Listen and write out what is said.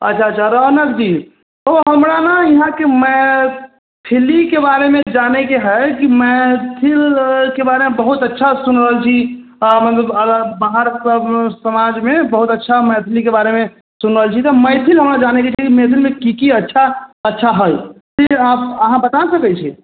अच्छा अच्छा रौनक जी ओ हमरा ने इहाँके मैथिलीके बारेमे जानयके हइ कि मैथिलके बारेमे बहुत अच्छा सुनि रहल छी आ आओर बाहर सभ समाजमे बहुत अच्छा मैथिलीके बारेमे सुनि रहल छी तऽ मैथिल हमरा जानयके छै कि मैथिलमे की की अच्छा अच्छा हइ की अहाँ अहाँ बता सकै छी